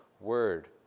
word